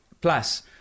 plus